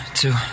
two